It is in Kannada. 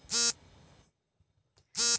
ಬೆಂಬಲ ಬೆಲೆ ಎಂದರೇನು, ಉದಾಹರಣೆ ಕೊಡಿ?